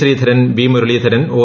Sreedharan V Muraleedharan O